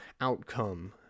outcome